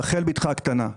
ברחל בתך הקטנה,